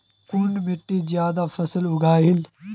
कुन मिट्टी ज्यादा फसल उगहिल?